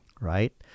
right